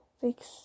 fix